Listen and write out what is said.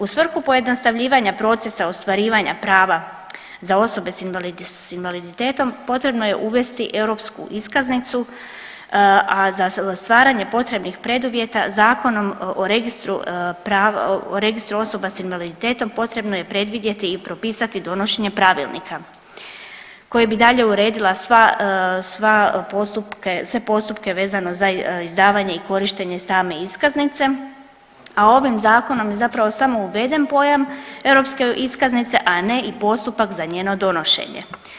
U svrhu pojednostavljivanja procesa ostvarivanja prava za osobe s invaliditetom, potrebno je uvesti europsku iskaznicu, a za stvaranje potrebnih preduvjeta zakonom o Registru osoba s invaliditetom, potrebno je predvidjeti i propisati donošenja pravilnika koji bi dalje uredila sva postupke, sve postupke vezano za izdavanje i korištenje same iskaznice, a ovim Zakonom je zapravo samo uveden pojam europske iskaznice, a ne i postupak za njeno donošenje.